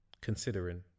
considering